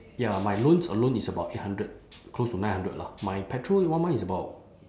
ya my loans alone is about eight hundred close to nine hundred lah my petrol one month is about